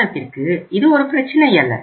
நிறுவனத்திற்கு இது ஒரு பிரச்சினை அல்ல